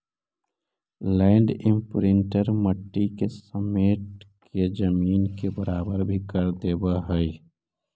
land imprinter मट्टी के समेट के जमीन के बराबर भी कर देवऽ हई